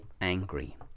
angry